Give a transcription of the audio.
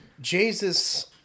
Jesus